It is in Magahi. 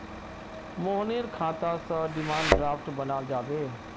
मोहनेर खाता स डिमांड ड्राफ्ट बनाल जाबे